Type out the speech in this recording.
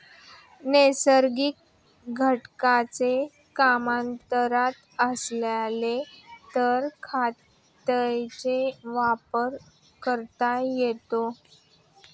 नैसर्गिक घटकांची कमतरता असेल तर खतांचा वापर करता येतो